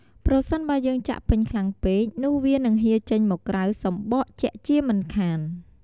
ប្រសិនបើយើងចាក់ពេញខ្លាំងពេកនោះវានឹងហៀរចេញមកក្រៅសំបកជាក់ជាមិនខាន។